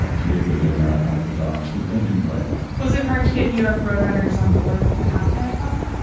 ah to be able to do a marathon with the dogs. but we're gonna do it the right way was it hard to get new york road runners on board for the half marathon?